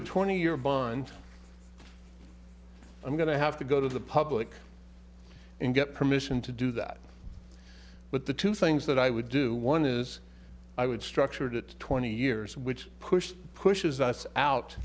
a twenty year bond i'm going to have to go to the public and get permission to do that but the two things that i would do one is i would structure to twenty years which push pushes us out